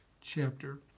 chapter